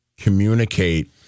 communicate